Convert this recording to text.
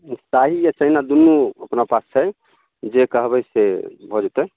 हूँ शाही आ चाइना दुन्नू अपना पास छै जे कहबै से भऽ जयतै